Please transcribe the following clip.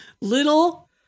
little